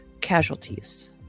casualties